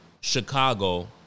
Chicago